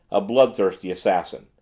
a bloodthirsty assassin.